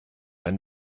ein